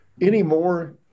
anymore